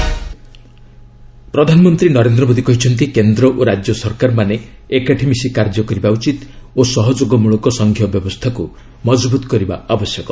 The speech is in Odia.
ପିଏମ୍ ନୀତି ଆୟୋଗ ପ୍ରଧାନମନ୍ତ୍ରୀ ନରେନ୍ଦ୍ର ମୋଦୀ କହିଛନ୍ତି କେନ୍ଦ୍ର ଓ ରାଜ୍ୟ ସରକାରମାନେ ଏକାଠି ମିଶି କାର୍ଯ୍ୟ କରିବା ଉଚିତ ଓ ସହଯୋଗମୂଳକ ସଂଘୀୟ ବ୍ୟବସ୍ଥାକୁ ମଜବୁତ କରିବା ଆବଶ୍ୟକ